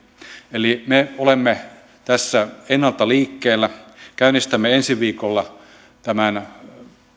eli me olemme tässä ennalta liikkeellä käynnistämme ensi viikolla tämän